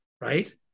right